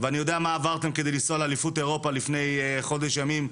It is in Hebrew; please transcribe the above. ואני יודע מה עברתם כדי לנסוע לאליפות אירופה לפני כחודש ימים,